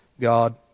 God